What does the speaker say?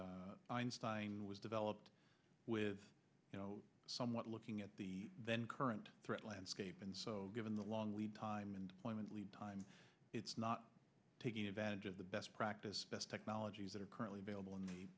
einstein was developed with you know somewhat looking at the then current threat landscape and so given the long lead time and point lead time it's not taking advantage of the best practice best technologies that are currently available